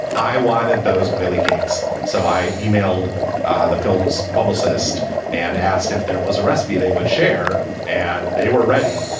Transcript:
i wanted those oily cakes. so i emailed the film's publicist and asked if there was a recipe they would share and they were ready.